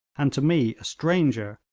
and to me, a stranger,